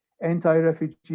anti-refugee